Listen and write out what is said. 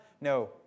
No